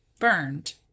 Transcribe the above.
burned